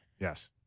Yes